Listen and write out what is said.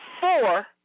four